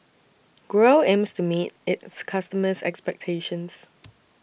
Growell aims to meet its customers' expectations